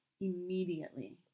immediately